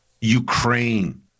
Ukraine